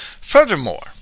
Furthermore